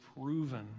proven